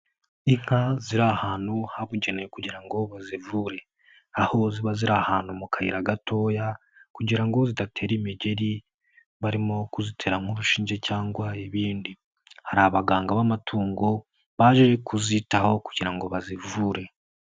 Inka ziri ahantu habugenewe kugira ngo bazivure, aho ziba ziri ahantu mu kayira gatoya kugira ngo zidatera imigeri barimo kuzitera nk'urushinge cyangwa ibindi, hari abaganga b'amatungo baje kuzitaho kugira ngo bazivure.